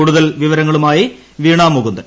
കൂടുതൽ വിവരങ്ങളുമായി വ്വീണ് മുകുന്ദൻ